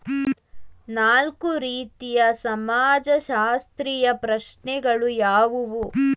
ನಾಲ್ಕು ರೀತಿಯ ಸಮಾಜಶಾಸ್ತ್ರೀಯ ಪ್ರಶ್ನೆಗಳು ಯಾವುವು?